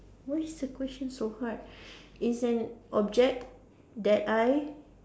why is the question so hard is an object that I